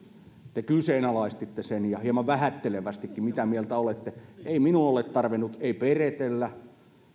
te kyseenalaistitte sen hieman vähättelevästikin mitä mieltä olen ei minun ole tarvinnut peretellä